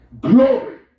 Glory